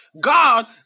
God